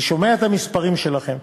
אני שומע את המספרים שלכם.